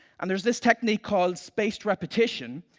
and there's this technique called spaced repetition,